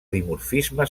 dimorfisme